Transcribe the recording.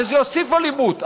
שזה יוסיף אלימות,